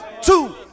two